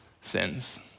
sins